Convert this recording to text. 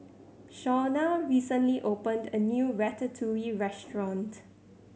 Shaunna recently opened a new Ratatouille Restaurant